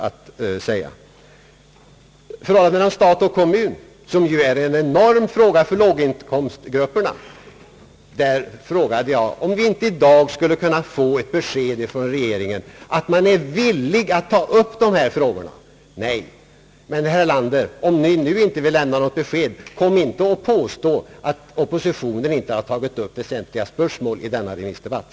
Beträffande förhållandet mellan staten och kommunerna, som är en enormt viktig fråga för låginkomstgrupperna, frågade jag om vi i dag inte skulle kunna få ett besked från regeringen att man är villig att ta upp dessa problem. Inget svar kom. Men, herr Erlander, om Ni nu inte vill lämna något besked så kom inte och påstå att oppositionen inte har tagit upp väsentliga spörsmål i denna remissdebatt!